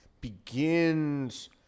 begins